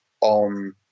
on